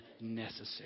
necessary